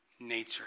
nature